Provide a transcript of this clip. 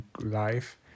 life